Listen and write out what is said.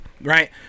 right